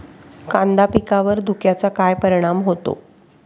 कांदा पिकावर धुक्याचा काय परिणाम होतो?